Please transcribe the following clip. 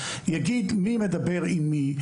יגיד מי מדבר עם מי,